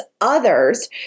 others